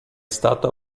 stato